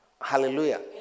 Hallelujah